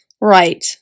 right